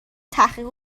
تحقیق